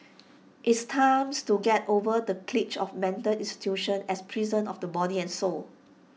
it's time to get over the cliche of mental institutions as prisons of the body and soul